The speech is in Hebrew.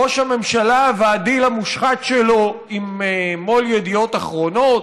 ראש הממשלה והדיל המושחת שלו עם מו"ל ידיעות אחרונות,